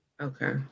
Okay